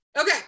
Okay